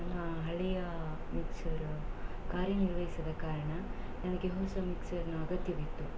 ನನ್ನ ಹಳೆಯ ಮಿಕ್ಸರ ಕಾರ್ಯನಿರ್ವಹಿಸದ ಕಾರಣ ನನಗೆ ಹೊಸ ಮಿಕ್ಸರ್ನ ಅಗತ್ಯವಿತ್ತು